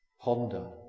Ponder